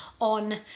on